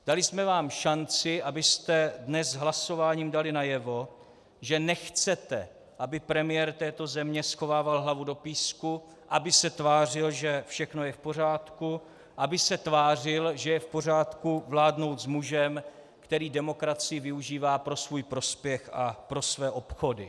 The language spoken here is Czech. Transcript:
Dali jsme vám šanci, abyste dnes hlasováním dali najevo, že nechcete, aby premiér této země schovával hlavu do písku, aby se tvářil, že všechno je v pořádku, aby se tvářil, že je v pořádku vládnout s mužem, který demokracii využívá pro svůj prospěch a pro své obchody.